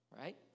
Right